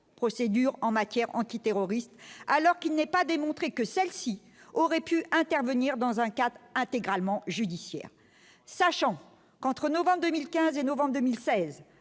procédures en matière antiterroriste alors qu'il n'est pas démontré que celle-ci aurait pu intervenir dans un CAT intégralement judiciaire sachant qu'entre novembre 2015 et novembre 2016